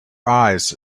eyes